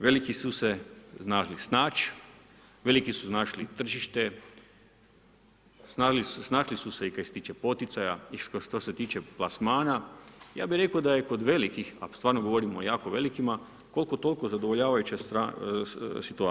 Veliki su se znali snaći, veliki su našli tržište, snašli su se i što se tiče poticaja i što se tiče plasmana, ja bi rekao, da je kod velikih, a stvarno govorimo o jako velikima, koliko toliko, zadovoljavajuća situacija.